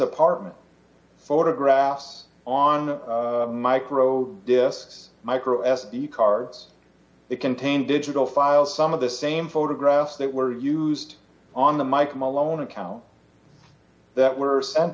apartment photographs on the micro desks micro s d cards it contained digital files some of the same photographs that were used on the mike malone account that were sent